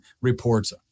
reports